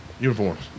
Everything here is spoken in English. uniforms